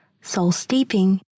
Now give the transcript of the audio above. soul-steeping